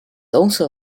also